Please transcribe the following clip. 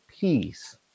peace